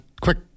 quick